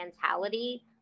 mentality